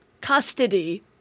custody